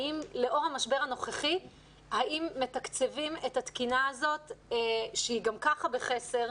האם לאור המשבר הנוכחי מתקצבים את התקינה הזאת שהיא גם ככה בחסר,